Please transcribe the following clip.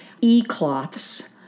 E-cloths